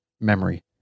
memory